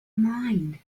mind